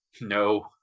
No